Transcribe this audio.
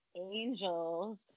angels